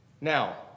Now